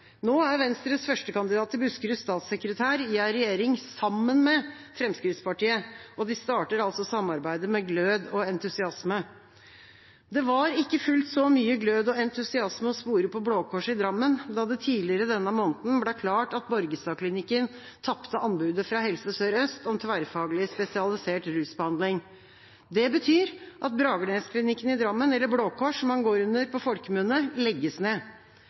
Nå er Venstres førstekandidat i Buskerud statssekretær i en regjering sammen med Fremskrittspartiet, og de starter altså samarbeidet med glød og entusiasme. Det var ikke fullt så mye glød og entusiasme å spore på Blå Kors i Drammen da det tidligere denne måneden ble klart at Borgestadklinikken tapte anbudet fra Helse Sør-Øst om tverrfaglig spesialisert rusbehandling. Det betyr at Bragernesklinikken i Drammen – eller Blå Kors, som den går under på folkemunne – legges ned.